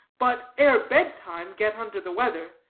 but ere bed-time get under the weather,